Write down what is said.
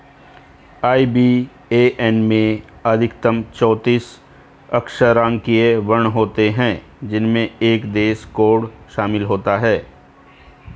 IBAN में अधिकतम चौतीस अक्षरांकीय वर्ण होते हैं जिनमें एक देश कोड शामिल होता है